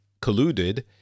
colluded